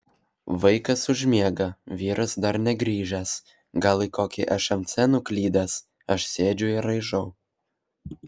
vaikas užmiega vyras dar negrįžęs gal į kokį šmc nuklydęs aš sėdžiu ir raižau